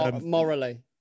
morally